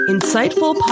Insightful